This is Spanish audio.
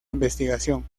investigación